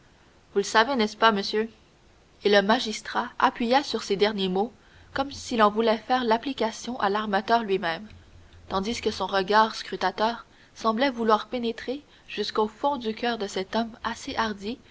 vous le savez n'est-ce pas monsieur et le magistrat appuya sur ces derniers mots comme s'il en voulait faire l'application à l'armateur lui-même tandis que son regard scrutateur semblait vouloir pénétrer jusqu'au fond du coeur de cet homme assez hardi